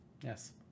Yes